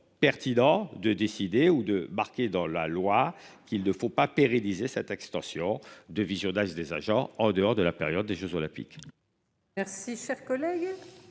pertinent de décider ou de marqué dans la loi qu'il ne faut pas pérenniser cette extorsion de visionnage des agents en dehors de la période des Jeux olympiques.